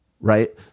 right